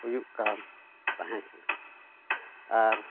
ᱦᱩᱭᱩᱜ ᱠᱟᱱ ᱛᱟᱦᱮᱸᱠᱟᱱᱟ ᱟᱨ